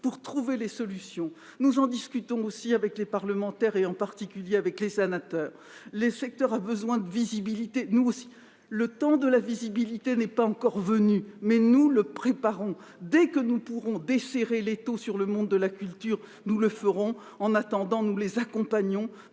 pour trouver des solutions. Nous en discutons aussi avec les parlementaires, en particulier avec les sénateurs. Le secteur a besoin de visibilité, nous aussi, mais ce temps n'est pas encore venu. Nous le préparons. Dès que nous pourrons desserrer l'étau sur le monde de la culture, nous le ferons. En attendant, nous l'accompagnons